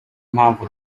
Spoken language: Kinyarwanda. mpamvu